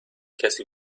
کسی